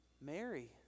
Mary